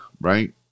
right